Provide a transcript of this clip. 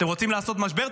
אתם רוצים לעשות משבר?